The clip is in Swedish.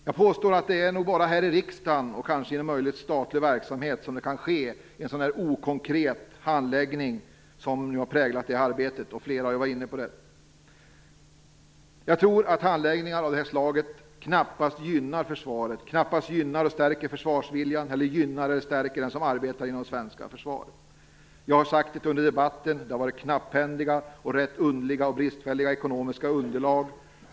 Jag påstår att det är endast här i riksdagen, och möjligen i en statlig verksamhet, som det kan ske en så okonkret handläggning som har präglat detta arbete. Flera har varit inne på det. Jag tror att handläggningar av det här slaget knappast gynnar försvaret, knappast gynnar och stärker försvarsviljan eller gynnar och stärker dem som arbetar inom det svenska försvaret. Jag har under debatten sagt att det har varit knapphändiga, rätt underliga och bristfälliga ekonomiska underlag.